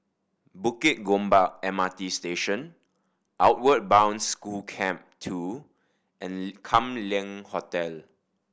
Bukit Gombak M R T Station Outward Bound School Camp Two and Kam Leng Hotel